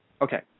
Okay